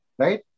right